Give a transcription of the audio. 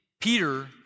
Peter